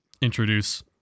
introduce